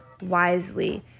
wisely